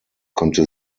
konnte